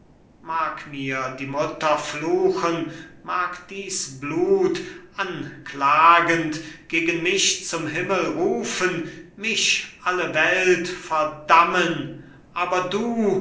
mag mir die mutter fluchen mag dies blut anklagend gegen mich zum himmel rufen mich alle welt verdammen aber du